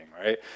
right